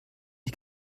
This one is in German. die